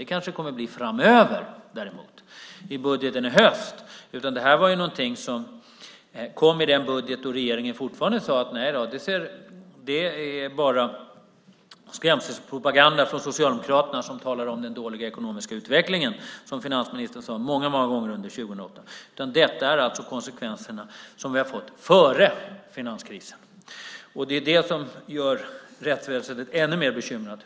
Det kanske det blir framöver, i budgeten i höst. Det här är något som kom i den budget där regeringen fortfarande sade att det bara är skrämselpropaganda från Socialdemokraterna som talar om den dåliga ekonomiska utvecklingen. Det sade finansministern många gånger under 2008. Detta är alltså de konsekvenser som vi har fått före finanskrisen. Det är det som gör rättsväsendet ännu mer bekymrat.